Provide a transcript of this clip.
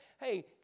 Hey